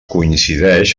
coincideix